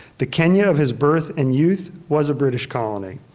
the kenya of his birth and youth was a british colony.